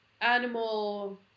animal